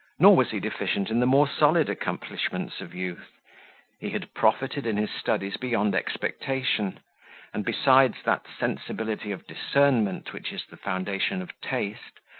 nor was he deficient in the more solid accomplishments of youth he had profited in his studies beyond expectation and besides that sensibility of discernment which is the foundation of taste,